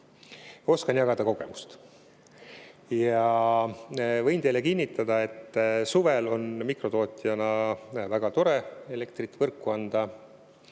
oskan jagada kogemust. Võin teile kinnitada, et suvel on mikrotootjana väga tore elektrit võrku anda.